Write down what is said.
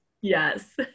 Yes